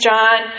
John